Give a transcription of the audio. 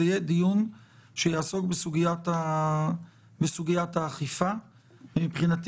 זה יהיה דיון שיעסוק בסוגיית האכיפה ומבחינתי